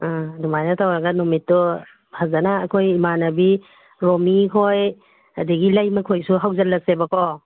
ꯑꯥ ꯑꯗꯨꯃꯥꯏꯅ ꯇꯧꯔꯒ ꯅꯨꯃꯤꯠꯇꯣ ꯐꯖꯅ ꯑꯩꯈꯣꯏ ꯏꯃꯥꯅꯕꯤ ꯔꯣꯃꯤꯈꯣꯏ ꯑꯗꯨꯗꯒꯤ ꯂꯩꯃ ꯈꯣꯏꯁꯨ ꯍꯧꯖꯤꯜꯂꯛꯁꯦꯕꯀꯣ